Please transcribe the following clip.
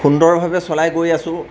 সুন্দৰভাৱে চলাই গৈ আছো